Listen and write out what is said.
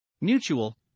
Mutual